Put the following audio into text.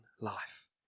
life